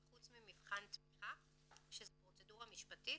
חוץ ממבחן תמיכה שזו פרוצדורה משפטית,